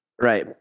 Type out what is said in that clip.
Right